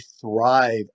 thrive